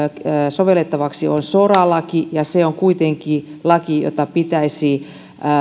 sovellettavaksi on sora laki ja se on kuitenkin laki jota pitäisi